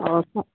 और सा